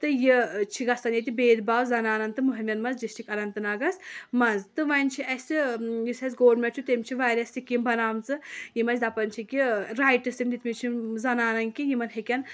تہٕ یہِ چھُ گژھان ییٚتہِ بید باو زَنانَن تہٕ مٔہنویٚن منٛز ڈسٹرک اننت ناگَس منٛز تہٕ وۄنۍ چھِ اَسہِ یُس اَسہِ گوٚرمیٚنٛٹ چھُ تٔمۍ چھِ واریاہ سِکیٖم بَنایہِ مَژٕ یِم أسۍ دَپان چھِ کہِ رایٹٕس یِم دِتۍ مٕتۍ چھِ زَنانن کہِ یِمن ہٮ۪کن